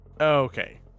Okay